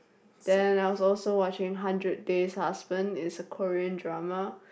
then I was also watching Hundred Days Husband is a Korean drama